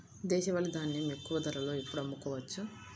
దేశవాలి ధాన్యం ఎక్కువ ధరలో ఎప్పుడు అమ్ముకోవచ్చు?